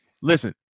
Listen